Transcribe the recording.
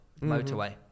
motorway